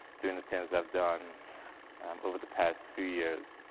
doing the things i've done over the past few years.